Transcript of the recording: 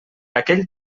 aquell